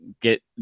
get